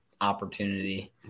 opportunity